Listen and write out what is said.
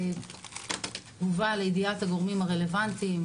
הובא לידיעת הגורמים הרלוונטיים,